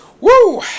Woo